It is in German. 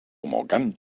morgan